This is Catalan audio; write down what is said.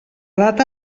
data